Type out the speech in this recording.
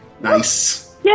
Nice